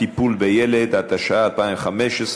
טיפול בילד), התשע"ה 2015,